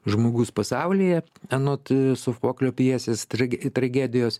žmogus pasaulyje anot sofoklio pjesės tragi tragedijos